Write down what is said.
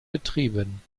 betrieben